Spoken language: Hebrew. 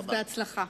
אז בהצלחה.